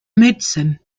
medicine